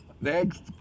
Next